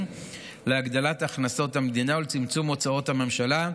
להגדלת הכנסות המדינה ולצמצום הוצאות הממשלה.